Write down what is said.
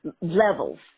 levels